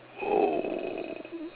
oh